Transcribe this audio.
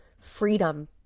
freedom